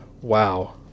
wow